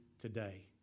today